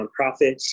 nonprofits